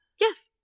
Yes